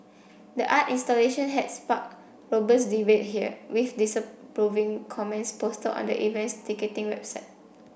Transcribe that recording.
the art installation had sparked robust debate here with disapproving comments posted on the event's ticketing website